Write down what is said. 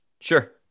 Sure